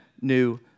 new